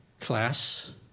class